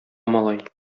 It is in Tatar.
малай